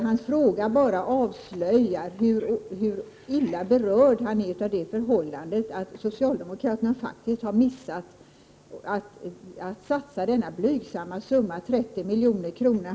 Lars Ulanders fråga avslöjar bara hur illa berörd han är av det förhållandet att socialdemokraterna faktiskt har missat att satsa denna blygsamma summa, 30 milj.kr.